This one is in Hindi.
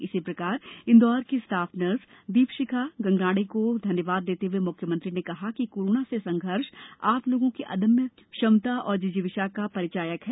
इसी प्रकार इन्दौर की स्टाफ नर्स दीपशिखा गंगराडे को धन्यवाद देते हए मुख्यमंत्री ने कहा कि कोरोना से संघर्ष आप लोगों की अदम्य क्षमता और जिजीविषा का परिचायक है